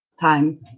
time